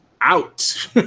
out